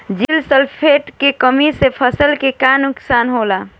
Zinc sulphate के कमी से फसल के का नुकसान होला?